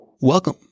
Welcome